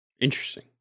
Interesting